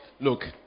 Look